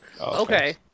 okay